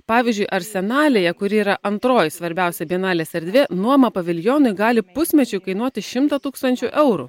pavyzdžiui arsenalėje kuri yra antroji svarbiausia bienalės erdvė nuoma paviljonui gali pusmečiui kainuoti šimtą tūkstančių eurų